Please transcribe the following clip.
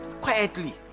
quietly